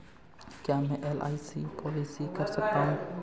क्या मैं LIC policy कर सकता हूं?